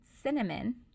cinnamon